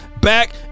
back